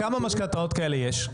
כמה משכנתאות כאלה יש,